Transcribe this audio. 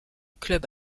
club